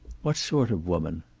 what sort of woman?